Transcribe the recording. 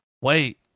Wait